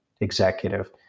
executive